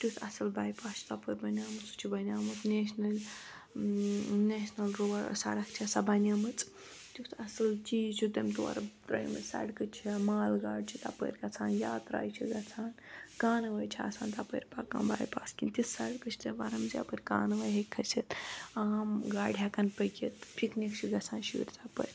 تِیُٛتھ اصل بایپاس چھُ تَپٲرۍ بَنیومُت سُہ چھُ بَنیومُت نیشنَل نیشنَل رو سَڑک چھےٚ سۄ بَنیمٕژ تِیُٛتھ اَصل چیٖز چھُ تٔمۍ تورٕ ترٲے مٕتۍ سَڑکہٕ چھے مال گاڑِ تَپٲرۍ گَژھان یاتراے چھِ گَژھان کاوٲے چھِ آسان تَپٲرۍ پکان بایپاس کِنۍ تِژھ سَڑکہٕ چھِ تٔمۍ بنایمَژٕ یَپٲرۍ کانواے ہیکہِ کھٔسِتھ آم گاڑِ ہیکَن پٔکِتھ پِکنِک چھِ گَژھان شُرۍ تَپٲرۍ